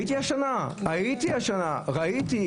הייתי השנה, ראיתי.